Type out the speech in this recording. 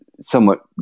somewhat